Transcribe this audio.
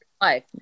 life